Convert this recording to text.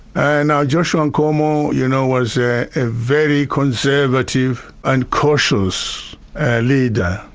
and now joshua nkomo you know, was ah a very conservative and cautious leader,